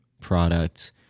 product